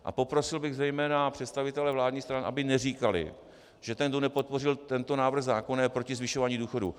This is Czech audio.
A poprosil bych zejména představitele vládních stran, aby neříkali, že ten, kdo nepodpořil tento návrh zákona, je proti zvyšování důchodů.